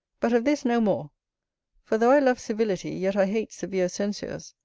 but of this no more for though i love civility, yet i hate severe censures.